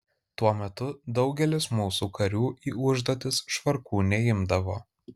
tuo metu daugelis mūsų karių į užduotis švarkų neimdavo